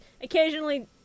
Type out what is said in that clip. occasionally